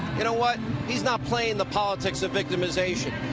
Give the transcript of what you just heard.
you know what, he's not playing the politics of victimization.